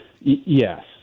yes